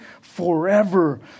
forever